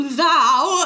Thou